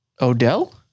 Odell